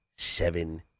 Seven